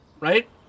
right